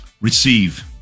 Receive